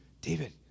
David